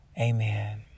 Amen